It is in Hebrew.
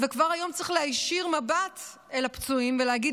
וכבר היום צריך להישיר מבט אל הפצועים ולהגיד